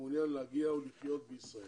שמעוניין להגיע ולחיות בישראל.